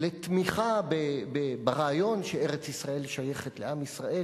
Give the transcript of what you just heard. לתמיכה ברעיון שארץ-ישראל שייכת לעם ישראל,